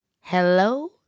Hello